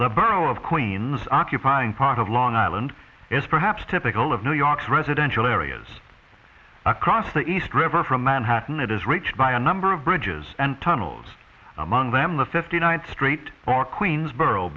the borough of queens occupying part of long island is perhaps typical of new york's residential areas across the east river from manhattan it is rich by a number of bridges and tunnels among them the fifty ninth street or queensboro